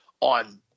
on